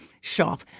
shop